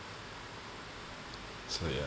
so ya